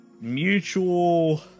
mutual